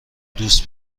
دوست